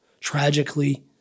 tragically